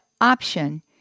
option